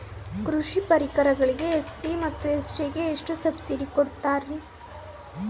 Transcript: ಕೃಷಿ ಪರಿಕರಗಳಿಗೆ ಎಸ್.ಸಿ ಮತ್ತು ಎಸ್.ಟಿ ಗೆ ಎಷ್ಟು ಸಬ್ಸಿಡಿ ಕೊಡುತ್ತಾರ್ರಿ?